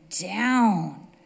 down